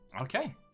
Okay